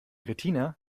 retina